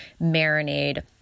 marinade